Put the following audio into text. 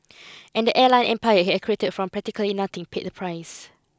and the airline empire he had created from practically nothing paid the price